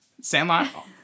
Sandlot